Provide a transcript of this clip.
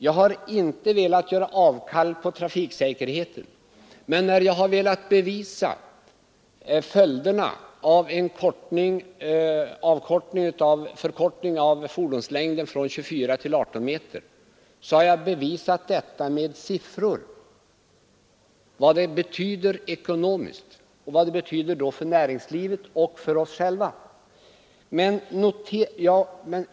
Jag har inte velat göra avkall på trafiksäkerheten, men jag har med siffror velat bevisa de ekonomiska följderna av en förkortning av fordonslängden från 24 till 18 meter för näringslivet och för oss själva.